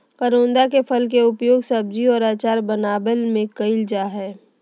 करोंदा के फल के उपयोग सब्जी और अचार बनावय में कइल जा हइ